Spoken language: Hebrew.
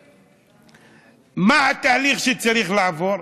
מה התהליך שצריך לעבור.